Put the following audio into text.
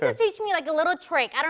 ah teach me like a little trick? i mean